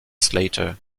slater